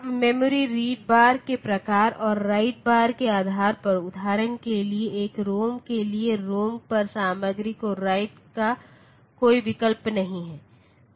अब memory read बार के प्रकार और राइट बार के आधार पर उदाहरण के लिए एक रॉम के लिए रॉम पर सामग्री को राइट का कोई विकल्प नहीं है